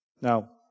Now